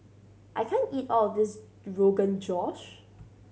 I can't eat all of this Rogan Josh